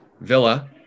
Villa